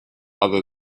other